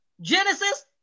Genesis